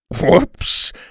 Whoops